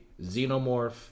xenomorph